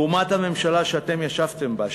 לעומת הממשלה שאתם ישבתם בה,